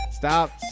Stop